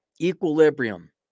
Equilibrium